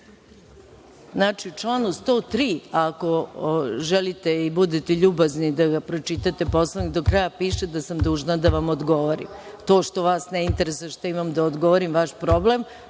u članu 103, ako želite i budete ljubazni da ga pročitate, Poslovnik do kraja, piše da sam dužna da vam odgovorim. To što vas ne interesuje šta imam da odgovorim, to je vaš problem,